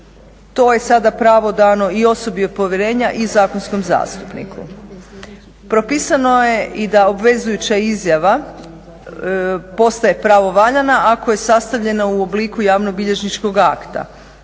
To je sada pravo dano i osobi od povjerenja i zakonskom zastupniku. Propisano je i da obvezujuća izjava postaje pravovaljana ako je sastavljena u obliku javnobilježničkog akta.